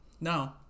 No